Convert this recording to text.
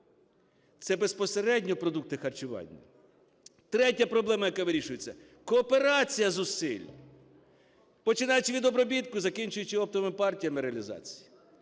це безпосередньо продукти харчування. Третя проблема, яка вирішується, – кооперація зусиль, починаючи від обробітку, закінчуючи оптовими партії реалізації.